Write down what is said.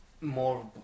more